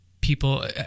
people